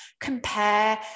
compare